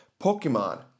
Pokemon